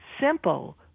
Simple